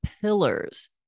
pillars